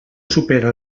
supera